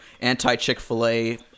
anti-Chick-fil-A